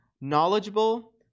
knowledgeable